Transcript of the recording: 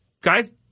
guys